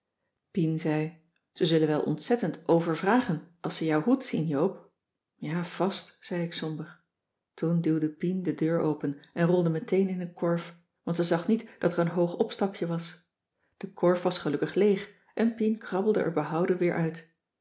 zei ze zullen wel ontzettend overvragen als ze jouw hoed zien joop ja vast zei ik somber toen duwde pien de deur open en rolde meteen in een korf want ze zag niet dat er een hoog opstapje was de korf was gelukkig leeg en pien krabbelde er behouden weer uit